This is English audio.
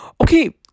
Okay